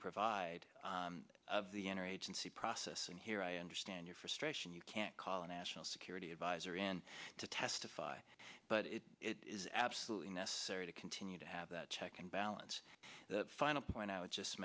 provide of the inner agency process and here i understand your frustration you can't call a national security advisor in to testify but it is absolutely necessary to continue to have that check and balance the final point i would just